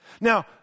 Now